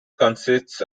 consists